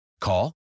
Call